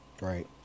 Right